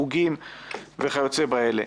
חוגים וכיוצא באלה.